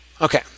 Okay